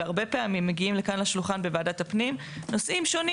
והרבה פעמים מגיעים לכאן לשולחן בוועדת הפנים נושאים שונים